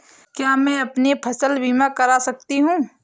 क्या मैं अपनी फसल बीमा करा सकती हूँ?